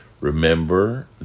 Remember